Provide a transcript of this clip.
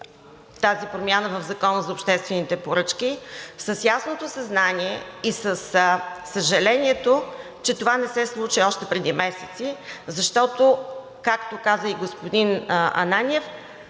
тази промяна в Закона за обществените поръчки с ясното съзнание и със съжалението, че това не се случи още преди месеци, защото, както каза и господин Ананиев